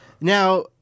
Now